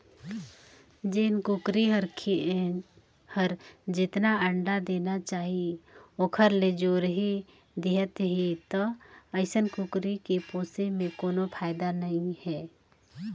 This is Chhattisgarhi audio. जेन कुकरी हर जेतना अंडा देना चाही ओखर ले थोरहें देहत हे त अइसन कुकरी के पोसे में कोनो फायदा नई हे